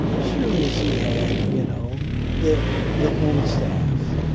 surely she had you know the the home staff.